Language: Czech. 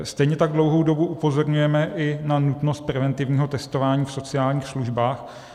Stejně tak dlouhou dobu upozorňujeme i na nutnost preventivního testování v sociálních službách.